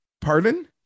Pardon